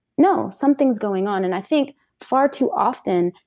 no, something's going on, and i think far too often,